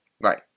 Right